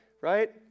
right